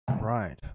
Right